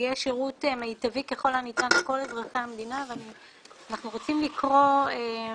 שירות מיטבי ככל הניתן לכל אזרחי המדינה ואנחנו רוצים לקרוא גם